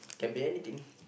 can be anything